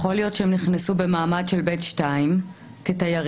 יכול להיות שהם נכנסו במעמד של ב'2 כתיירים